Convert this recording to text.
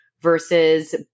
versus